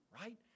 right